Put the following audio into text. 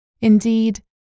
Indeed